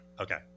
Okay